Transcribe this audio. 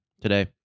today